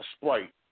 Sprite